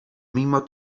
mimo